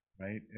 right